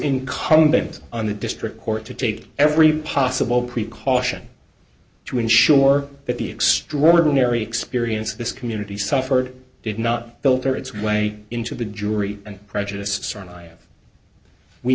incumbent on the district court to take every possible precaution to ensure that the extraordinary experience of this community suffered did not build or its way into the jury and prejudiced we